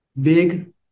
big